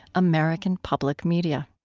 american public media